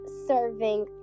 serving